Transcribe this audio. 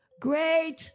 Great